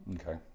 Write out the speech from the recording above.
Okay